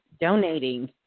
donating